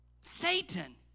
Satan